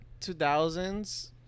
2000s